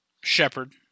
Shepard